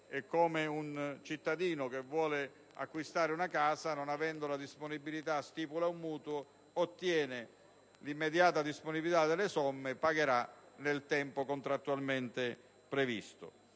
caso di un cittadino che volendo acquistare una casa ma non avendone la possibilità, stipula un mutuo ed ottiene l'immediata disponibilità delle somme che pagherà nel tempo contrattualmente previsto.